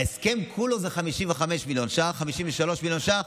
ההסכם כולו זה 55 מיליון שקלים, 53 מיליון שקלים.